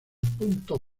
punto